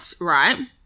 right